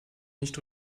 nicht